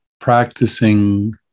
practicing